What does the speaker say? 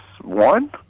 one